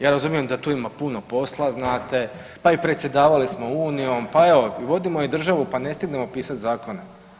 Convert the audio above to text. Ja razumije da tu ima puno posla znate, pa i predsjedavali smo unijom, pa evo vodimo i državu pa ne stignemo pisati zakone.